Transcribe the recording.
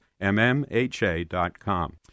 mmha.com